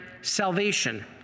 salvation